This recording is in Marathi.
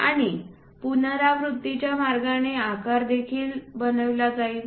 आणि पुनरावृत्तीच्या मार्गाने आकार देखील बनविली जाईल